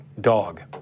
dog